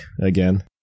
again